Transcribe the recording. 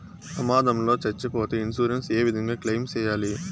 ప్రమాదం లో సచ్చిపోతే ఇన్సూరెన్సు ఏ విధంగా క్లెయిమ్ సేయాలి?